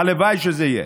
הלוואי שזה יהיה.